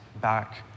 back